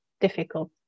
difficult